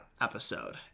episode